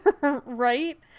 Right